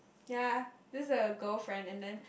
ya this is a girlfriend and then